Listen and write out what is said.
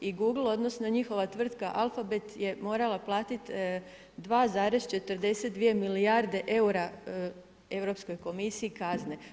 I Google odnosno, njihova tvrtka Alfabet, je morala platiti 2,42 milijarde eura Europskoj komisiji kazne.